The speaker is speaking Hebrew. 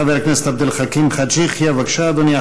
חבר הכנסת עבד אל חכים חאג' יחיא, בבקשה, אדוני.